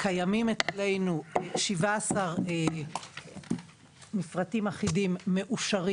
קיימים אצלנו 17 מפרטים אחידים מאושרים